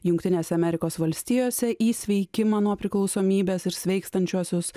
jungtinėse amerikos valstijose į sveikimą nuo priklausomybės ir sveikstančiuosius